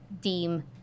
deem